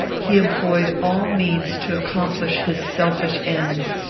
he employed all means to accomplish his selfish ends,